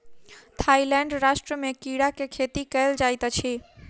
Thailand राष्ट्र में कीड़ा के खेती कयल जाइत अछि